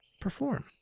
perform